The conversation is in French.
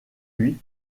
lui